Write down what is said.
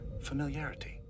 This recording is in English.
familiarity